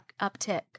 uptick